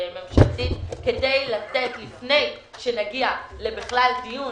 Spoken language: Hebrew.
ממשלתית, כדי לתת לפני שנגיע בכלל לדיון